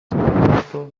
gentle